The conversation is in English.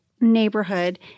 neighborhood